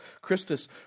Christus